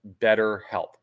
BetterHelp